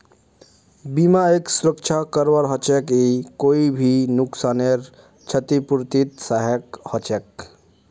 बीमा एक सुरक्षा कवर हछेक ई कोई भी नुकसानेर छतिपूर्तित सहायक हछेक